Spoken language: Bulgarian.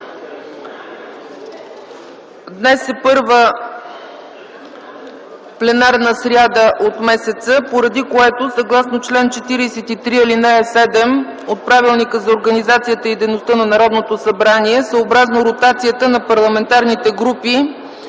днес е първата пленарна сряда от месеца, поради което съгласно чл. 43, ал. 7 от Правилника за организацията и дейността на Народното събрание, съобразно ротацията на парламентарните групи